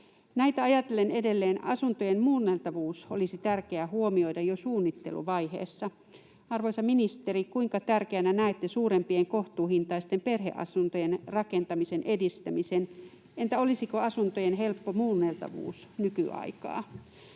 Näitä ajatellen edelleen asuntojen muunneltavuus olisi tärkeä huomioida jo suunnitteluvaiheessa. Arvoisa ministeri, kuinka tärkeänä näette suurempien kohtuuhintaisten perheasuntojen rakentamisen edistämisen? Entä olisiko asuntojen helppo muunneltavuus nykyaikaa?